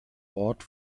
ort